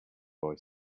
boy